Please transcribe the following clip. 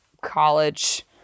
college